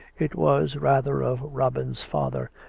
it was rather of robin's father,